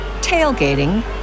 tailgating